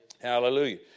Hallelujah